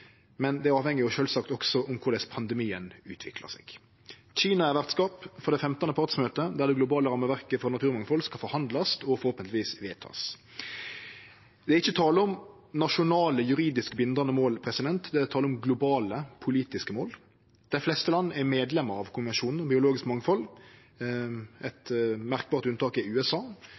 men det avheng sjølvsagt også av korleis pandemien utviklar seg. Kina er vertskap for det femtande partsmøtet der det globale rammeverket for naturmangfald skal forhandlast og forhåpentleg verte vedteke. Det er ikkje tale om nasjonale, juridisk bindande mål. Det er tale om globale politiske mål. Dei fleste land er medlem av konvensjonen om biologisk mangfald. Eit merkbart unntak er USA,